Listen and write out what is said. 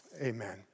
Amen